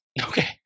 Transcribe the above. Okay